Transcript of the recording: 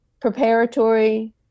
preparatory